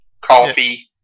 coffee